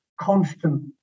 constant